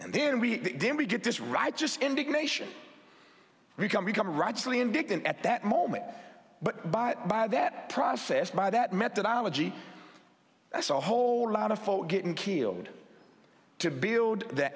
and then we then we get this righteous indignation we can become righteously indignant at that moment but by that process by that methodology that's a whole lot of folks getting killed to build the